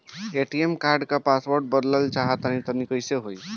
ATM card क password बदलल चाहा तानि कइसे होई?